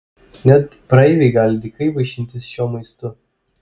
net praeiviai gali dykai vaišintis šiuo maistu